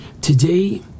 today